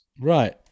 Right